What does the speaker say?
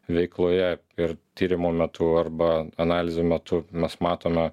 veikloje ir tyrimo metu arba analizių metu mes matome